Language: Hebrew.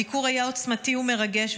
הביקור היה עוצמתי ומרגש,